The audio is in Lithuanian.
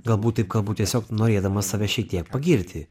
galbūt taip kalbu tiesiog norėdamas save šiek tiek pagirti